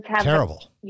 Terrible